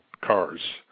cars